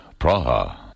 Praha